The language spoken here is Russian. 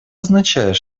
означает